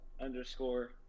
underscore